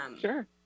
sure